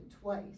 twice